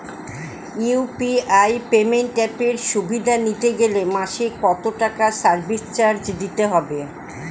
UPI payment অ্যাপের সুবিধা নিতে গেলে মাসে কত টাকা সার্ভিস চার্জ দিতে হবে?